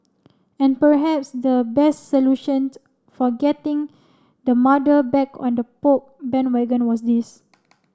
and perhaps the best solutions for getting the mother back on the Poke bandwagon was this